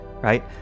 right